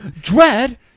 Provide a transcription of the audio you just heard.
Dread